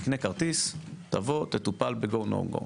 קנה כרטיס, תטופל בגו נו גו.